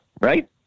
Right